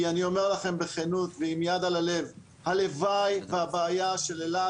אני אומר לכם בכנות ועם יד על הלב: הלוואי שהבעיה של אילת